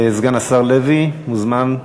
סגן השר לוי מוזמן.